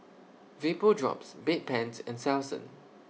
Vapodrops Bedpans and Selsun